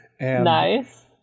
Nice